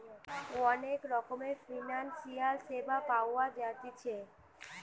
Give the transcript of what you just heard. অনেক রকমের ফিনান্সিয়াল সেবা পাওয়া জাতিছে